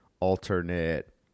alternate